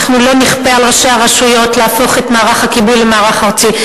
אנחנו לא נכפה על ראשי הרשויות להפוך את מערך הכיבוי למערך ארצי.